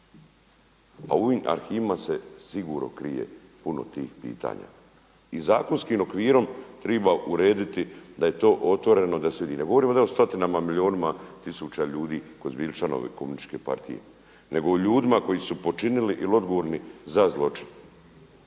ovim arhivima se sigurno krije puno tih pitanja. I zakonskim okvirom treba urediti da je to otvoreno da se vidi. Ne govorimo o stotinama, milijunima tisuća ljudi koji su bili članovi Komunističke partije, nego o ljudima koji su počinili ili odgovorni za zločin.